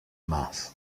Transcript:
mass